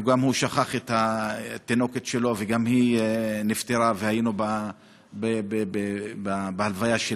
וגם הוא שכח את התינוקת שלו וגם היא נפטרה והיינו בהלוויה שלה.